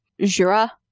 Jura